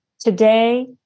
Today